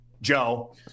Joe